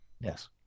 Yes